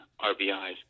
RBIs